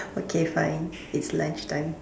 okay fine it's lunch time